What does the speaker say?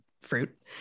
fruit